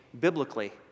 biblically